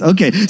Okay